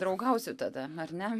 draugausiu tada ar ne